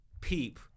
peep